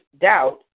doubt